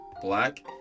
Black